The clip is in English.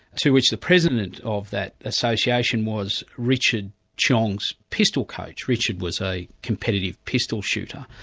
to which the president of that association was richard tjiong's pistol coach. richard was a competitive pistol shooter,